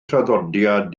traddodiad